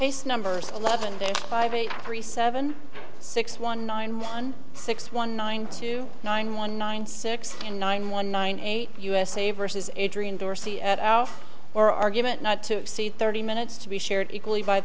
case numbers eleven day five eight three seven six one nine one six one nine two nine one nine six and nine one nine eight usa vs adrian dorsey at out or argument not to see thirty minutes to be shared equally by